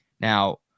Now